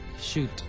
shoot